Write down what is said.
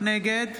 נגד